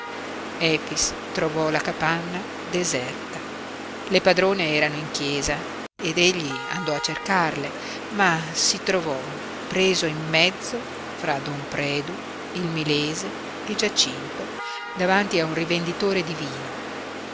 trovò la capanna deserta le padrone erano in chiesa ed egli andò a cercarle ma si trovò preso in mezzo fra don predu il milese e giacinto davanti a un rivenditore di vino